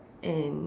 and